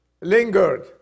lingered